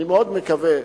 אני מאוד מקווה,